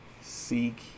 seek